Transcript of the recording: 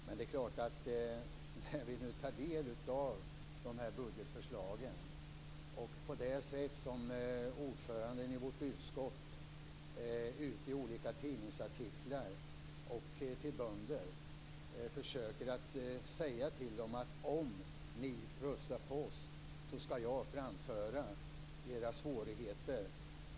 Men det är klart att vi tar del av budgetförslagen och noterar det sätt som ordföranden i vårt utskott använder i olika tidningsartiklar och till bönder när han försöker säga: Om ni röstar på oss skall jag framföra era svårigheter.